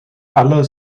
aller